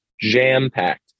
jam-packed